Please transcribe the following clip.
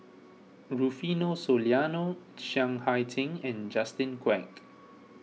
Rufino Soliano Chiang Hai Ding and Justin Quek